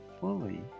fully